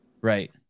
right